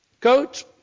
Coach